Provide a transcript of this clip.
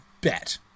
bet